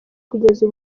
kugeza